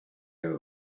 out